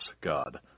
God